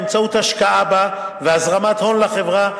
באמצעות השקעה בה והזרמת הון לחברה,